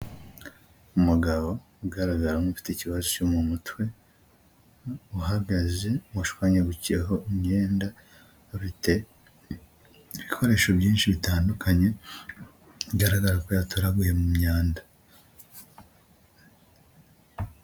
Umugabo ugaragara nk'ufite ikibazo cyo mu mutwe, uhagaze, washwanyagukiyeho imyenda, afite ibikoresho byinshi bitandukanye bigaragara ko yatoraguyeye mu myanda.